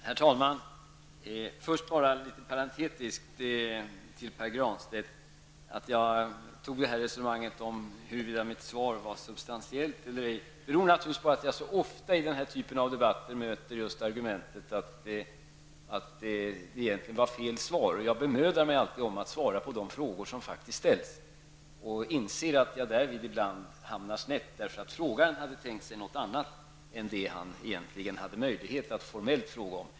Herr talman! Först vill jag bara litet parentetiskt vända mig till Pär Granstedt. Att jag tog upp resonemanget om huruvida mitt svar var substantiellt eller ej beror naturligtvis på att jag så ofta i den här typen av debatter möter just argumentet att det egentligen var fel svar. Jag bemödar mig alltid om att svara på de frågor som faktiskt ställs. Jag inser att jag därvid ibland hamnar snett, därför att frågaren hade tänkt sig något annat än det han egentligen hade möjlighet att formellt fråga om.